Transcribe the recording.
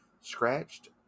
scratched